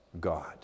God